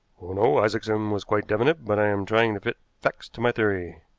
oh, no. isaacson was quite definite, but i am trying to fit facts to my theory.